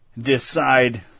Decide